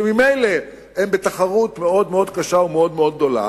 שממילא הם בתחרות מאוד מאוד קשה ומאוד מאוד גדולה.